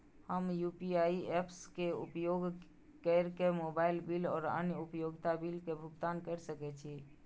हम UPI apps के उपयोग केर के मोबाइल बिल और अन्य उपयोगिता बिल के भुगतान केर सके छी